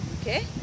Okay